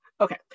Okay